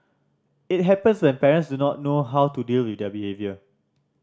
it happens when parents do not know how to deal with their behaviour